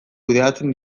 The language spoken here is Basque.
kudeatzen